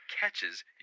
catches